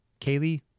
kaylee